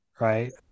Right